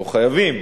לא חייבים,